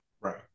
Right